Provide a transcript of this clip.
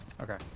Okay